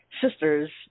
sisters